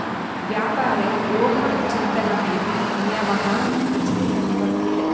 व्यापारे द्रोहं चिन्तनम् इति नियमः प्रचलितः वर्तते